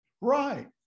Right